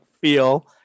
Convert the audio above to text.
feel